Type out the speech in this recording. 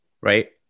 right